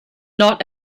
not